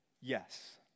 yes